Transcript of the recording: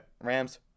Rams